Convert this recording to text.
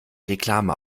reklame